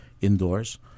indoors